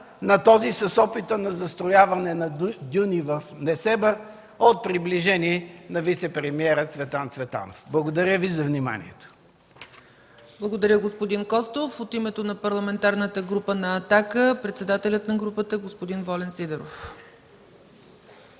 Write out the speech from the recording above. на този с опита на застрояване на дюни в Несебър от приближени на вицепремиера Цветан Цветанов. Благодаря Ви за вниманието. ПРЕДСЕДАТЕЛ ЦЕЦКА ЦАЧЕВА: Благодаря, господин Костов. От името на Парламентарната група на „Атака” – председателят на групата господин Волен Сидеров.